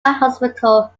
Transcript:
hospital